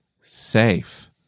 safe